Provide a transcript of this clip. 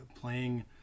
playing